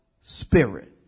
spirit